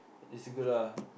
it's good lah